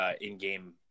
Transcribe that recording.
in-game